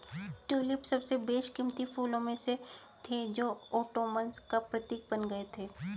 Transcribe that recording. tulip सबसे बेशकीमती फूलों में से थे जो ओटोमन्स का प्रतीक बन गए थे